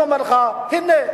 אני אומר לך: הנה,